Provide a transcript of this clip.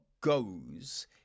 goes